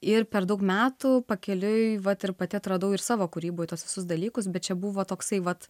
ir per daug metų pakeliui vat ir pati atradau ir savo kūryboj tuos visus dalykus bet čia buvo toksai vat